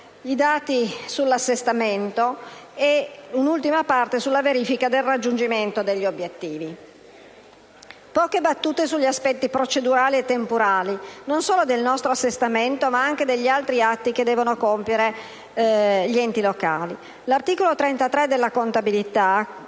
i dati sull'assestamento e, in ultima istanza, la verifica del raggiungimento degli obiettivi. Poche battute sugli aspetti procedurali e temporali, non solo del nostro assestamento, ma anche degli altri atti che devono compiere gli enti locali. L'articolo 33 della legge di contabilità